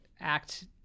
act